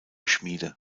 schmiede